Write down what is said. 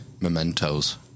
mementos